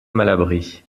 malabry